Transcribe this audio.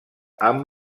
amb